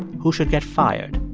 who should get fired.